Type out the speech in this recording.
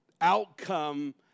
outcome